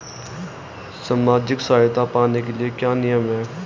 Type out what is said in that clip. सामाजिक सहायता पाने के लिए क्या नियम हैं?